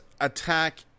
attack